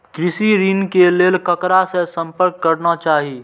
कृषि ऋण के लेल ककरा से संपर्क करना चाही?